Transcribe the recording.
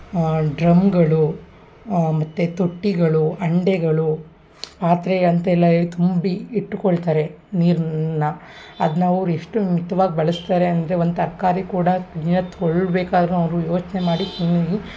ಆ ಡ್ರಮ್ಗಳು ಮತ್ತು ತೊಟ್ಟಿಗಳು ಹಂಡೆಗಳು ಪಾತ್ರೆ ಅಂತೆಲ್ಲ ಹೇಳಿ ತುಂಬಿ ಇಟ್ಟುಕೊಳ್ತಾರೆ ನೀರನ್ನ ಅದನ್ನ ಅವ್ರು ಎಷ್ಟು ಮಿತವಾಗಿ ಬಳಸ್ತಾರೆ ಅಂದರೆ ಒಂದು ತರಕಾರಿ ಕೂಡ ನೀರಲ್ಲಿ ತೊಳ್ಳ್ ಬೇಕಾದರೂ ಅವರು ಯೋಚನೆ ಮಾಡಿ ತುಂಬಿ